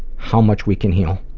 how much we can heal,